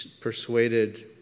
persuaded